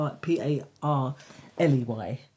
P-A-R-L-E-Y